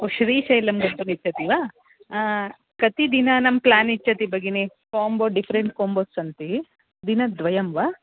ओ श्रीशैलं गन्तुमिच्छति वा कति दिनानां प्लन् इच्छति भगिनी कोम्बो डिफ़्ररेण्ट् कोम्बो सन्ति दिनद्वयं वा